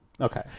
Okay